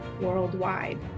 worldwide